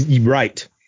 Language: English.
Right